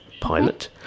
Pilot